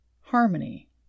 harmony